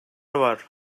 var